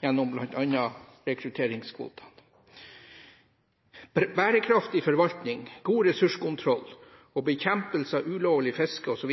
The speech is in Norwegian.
gjennom bl.a. rekrutteringskvotene. Bærekraftig forvaltning, god ressurskontroll og bekjempelse av ulovlig fiske osv.